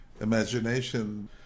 imagination